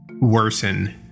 worsen